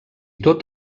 tot